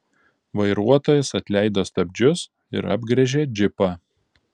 vairuotojas atleido stabdžius ir apgręžė džipą